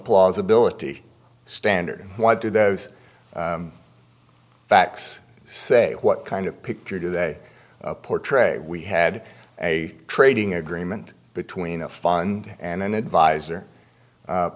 plausibility standard why do those facts say what kind of picture today portray we had a trading agreement between a fund and an advisor